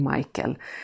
Michael-